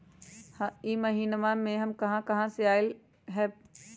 इह महिनमा मे कहा कहा से पैसा आईल ह?